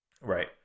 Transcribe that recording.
Right